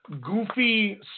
goofy